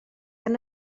han